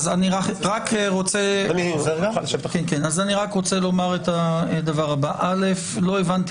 רק רוצה לומר את הדבר הבא: לא הבנתי